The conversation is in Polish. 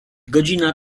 godzina